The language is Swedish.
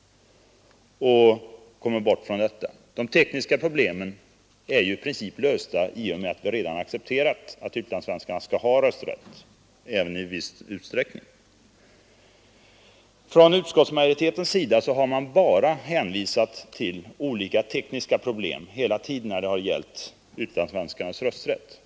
De tekniska problemen är ju i princip lösta i och med att det redan är accepterat att utlandssvenskarna skall ha rösträtt i viss utsträckning. Utskottsmajoriteten har hela tiden bara hänvisat till olika tekniska problem när det har gällt utlandssvenskarnas rösträtt.